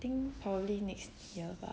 think probably next year bah